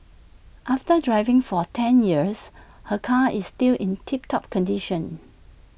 after driving for ten years her car is still in tip top condition